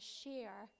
share